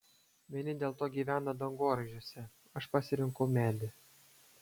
vieni dėl to gyvena dangoraižiuose aš pasirinkau medį